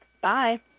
Bye